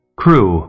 crew